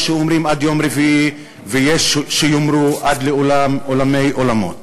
יש שאומרים עד יום רביעי ויש שיאמרו עד לעולם עולמי עולמות.